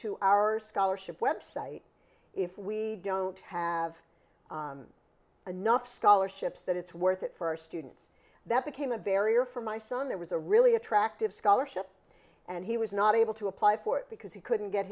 to our scholarship website if we don't have enough scholarships that it's worth it for our students that became a barrier for my son there was a really attractive scholarship and he was not able to apply for it because he couldn't get